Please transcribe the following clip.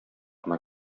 кына